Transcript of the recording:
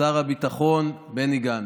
שר הביטחון בני גנץ.